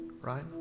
right